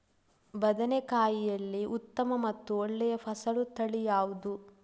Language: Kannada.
ಬದನೆಕಾಯಿಯಲ್ಲಿ ಉತ್ತಮ ಮತ್ತು ಒಳ್ಳೆಯ ಫಸಲು ತಳಿ ಯಾವ್ದು?